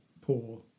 poor